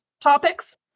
topics